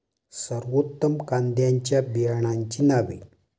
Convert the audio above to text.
सर्वोत्तम कांद्यांच्या बियाण्यांची नावे?